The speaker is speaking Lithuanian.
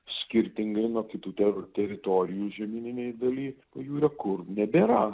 skirtingai nuo kitų ter teritorijų žemyninėj daly pajūrio kur nebėra